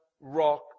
rock